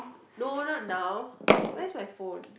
no not now where's my phone